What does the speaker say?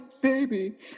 Baby